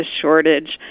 shortage